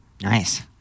Nice